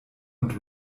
und